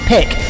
Pick